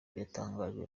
yatangajwe